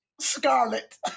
Scarlet